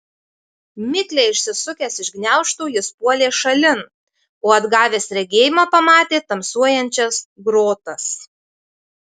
mikliai išsisukęs iš gniaužtų jis puolė šalin o atgavęs regėjimą pamatė tamsuojančias grotas